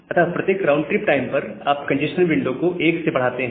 अतः प्रत्येक round trip time पर आप कंजेस्शन विंडो को 1 से बढ़ाते हैं